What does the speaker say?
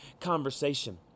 conversation